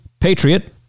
Patriot